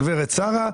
הגב' שרה,